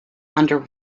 under